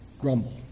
grumble